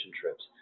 trips